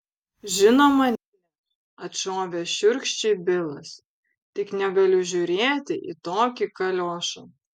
žinoma ne atšovė šiurkščiai bilas tik negaliu žiūrėti į tokį kaliošą